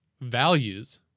values